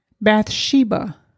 Bathsheba